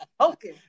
Okay